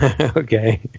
Okay